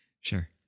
Sure